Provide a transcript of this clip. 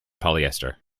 polyester